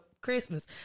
Christmas